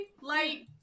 light